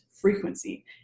frequency